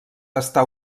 està